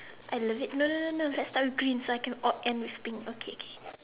I love it no no no no let's start with green so I can all end with pink okay K